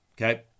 Okay